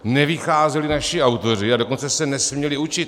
Nevycházeli naši autoři, a dokonce se nesměli učit.